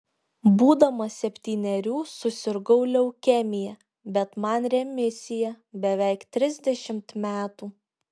būdamas septynerių susirgau leukemija bet man remisija beveik trisdešimt metų